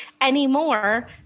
anymore